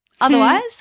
otherwise